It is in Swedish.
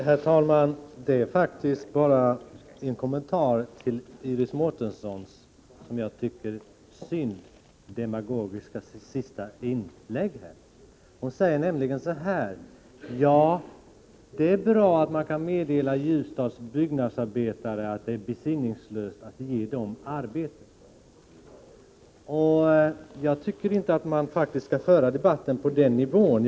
Herr talman! Jag vill faktiskt bara göra en kommentar till Iris Mårtenssons senaste inlägg här. Det är synd att det var ett demagogiskt inlägg. Hon sade nämligen: Ja, det är bra att man kan meddela Ljusdals byggnadsarbetare att det är besinningslöst att ge dem arbete. Jag tycker faktiskt inte att debatten skall föras på den nivån.